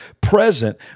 present